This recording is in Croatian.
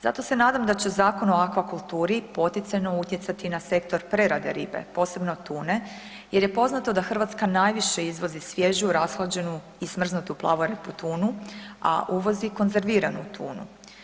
Zato se nadam da će Zakon o akvakulturi poticajno utjecati na sektor prerade ribe, posebno tune jer je poznato da Hrvatska najviše izvozi svježu, rashlađenu i smrznutu plavorepu tunu a uvozi konzerviranu tunu.